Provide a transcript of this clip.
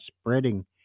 spreading